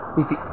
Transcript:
इति